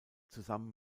zusammen